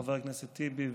חבר הכנסת טיבי,